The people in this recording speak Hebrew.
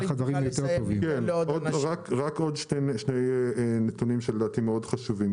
רק עוד שני נתונים שלדעתי מאוד חשובים.